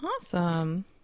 Awesome